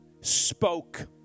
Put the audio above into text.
spoke